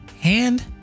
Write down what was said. hand